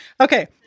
okay